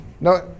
no